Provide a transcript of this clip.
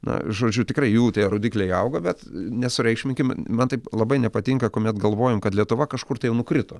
na žodžiu tikrai jų tie rodikliai auga bet nesureikšminkim man taip labai nepatinka kuomet galvojam kad lietuva kažkur tai jau nukrito